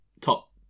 top